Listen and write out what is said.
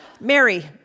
Mary